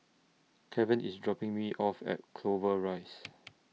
Keven IS dropping Me off At Clover Rise